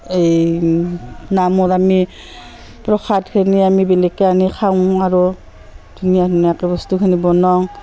এই নামত আমি প্ৰসাদখিনি আমি বেলেগকৈ আনি খাওঁ আৰু ধুনীয়া ধুনীয়াকৈ বস্তুখিনি বনাওঁ